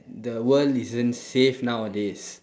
the world isn't safe nowadays